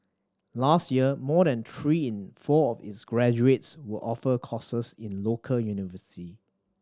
last year more than three in four graduates were offered courses in local university